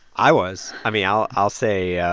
i was. i mean, i'll i'll say, yeah